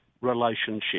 relationship